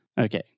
Okay